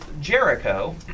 Jericho